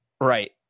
Right